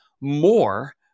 more